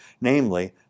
namely